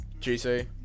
GC